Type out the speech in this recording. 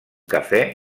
cafè